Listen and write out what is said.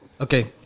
okay